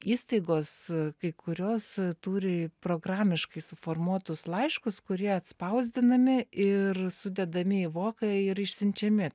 įstaigos kai kurios turi programiškai suformuotus laiškus kurie atspausdinami ir sudedami į voką ir išsiunčiami